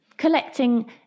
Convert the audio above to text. collecting